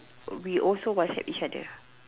we also WhatsApp each other